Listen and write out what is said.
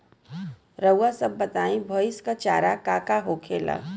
रउआ सभ बताई भईस क चारा का का होखेला?